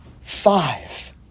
five